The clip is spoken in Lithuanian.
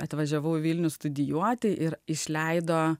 atvažiavau į vilnių studijuoti ir išleido